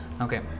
Okay